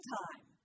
time